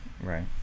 Right